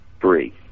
Three